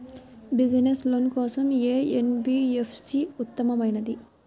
Business loan కోసం ఏ NBFC ఉత్తమమైనది?